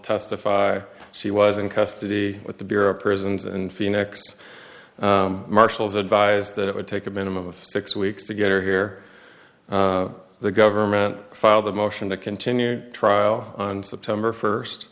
testify she was in custody with the bureau of prisons and phoenix marshals advised that it would take a minimum of six weeks to get her here the government filed a motion to continue trial on september first